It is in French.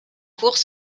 cours